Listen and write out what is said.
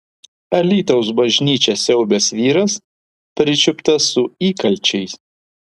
alytaus bažnyčią siaubęs vyras pričiuptas su įkalčiais